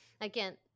again